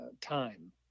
time